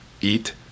eat